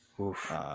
Oof